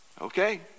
Okay